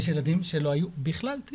יש ילדים שלא היו בכלל.